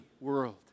world